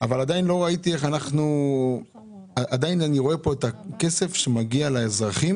אבל עדיין אני רואה כאן את הכסף שמגיע לאזרחים